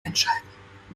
einschalten